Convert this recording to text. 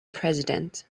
president